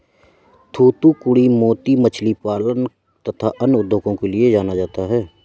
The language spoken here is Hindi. थूथूकुड़ी मोती मछली पालन तथा अन्य उद्योगों के लिए जाना जाता है